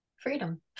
freedom